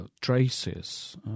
traces